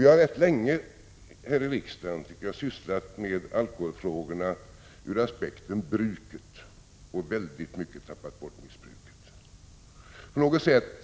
Vi har rätt länge här i riksdagen sysslat med alkoholfrågorna ur aspekten bruk och i mycket stor utsträckning tappat bort missbruket.